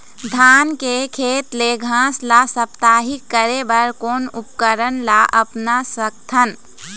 धान के खेत ले घास ला साप्ताहिक करे बर कोन उपकरण ला अपना सकथन?